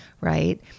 right